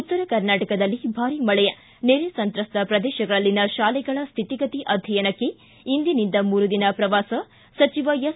ಉತ್ತರ ಕರ್ನಾಟಕದಲ್ಲಿ ಭಾರೀ ಮಳೆ ನೆರೆ ಸಂತ್ರಸ್ತ ಪ್ರದೇಶಗಳಲ್ಲಿನ ಶಾಲೆಗಳ ಸ್ಥಿತಿಗತಿ ಅಧ್ವಯನಕ್ಕೆ ಇಂದಿನಿಂದ ಮೂರು ದಿನ ಪ್ರವಾಸ ಸಚಿವ ಎಸ್